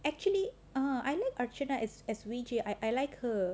actually I archana as weijie I like her